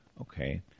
Okay